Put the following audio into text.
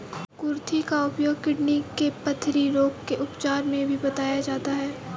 कुर्थी का उपयोग किडनी के पथरी रोग के उपचार में भी बताया जाता है